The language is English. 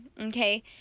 okay